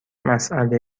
مساله